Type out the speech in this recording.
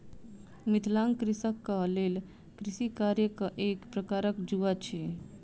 मिथिलाक कृषकक लेल कृषि कार्य एक प्रकारक जुआ अछि